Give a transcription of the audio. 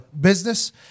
business